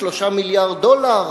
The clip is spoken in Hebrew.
3 מיליארד דולר,